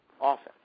often